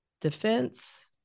defense